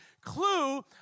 clue